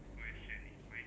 ya